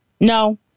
No